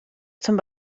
zum